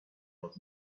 old